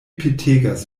petegas